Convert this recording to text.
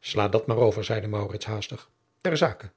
sla dat maar over zeide maurits haastig ter zake